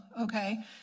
okay